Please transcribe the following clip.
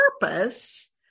purpose